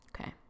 Okay